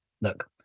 look